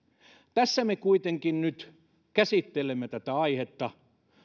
tässä me kuitenkin nyt käsittelemme tätä aihetta